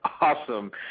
awesome